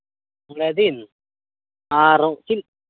ᱢᱚᱲᱮ ᱫᱤᱱ ᱟᱨ ᱪᱮᱫ